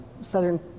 Southern